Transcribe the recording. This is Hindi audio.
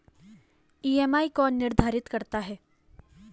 ई.एम.आई कौन निर्धारित करता है?